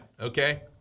Okay